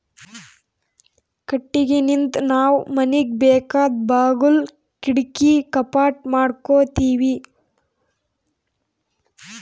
ಕಟ್ಟಿಗಿನಿಂದ್ ನಾವ್ ಮನಿಗ್ ಬೇಕಾದ್ ಬಾಗುಲ್ ಕಿಡಕಿ ಕಪಾಟ್ ಮಾಡಕೋತೀವಿ